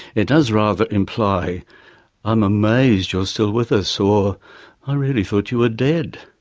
it does rather imply i'm amazed you're still with us or i really thought you were dead.